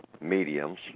mediums